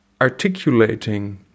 articulating